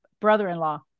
brother-in-law